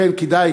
לכן כדאי,